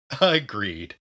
Agreed